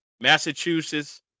Massachusetts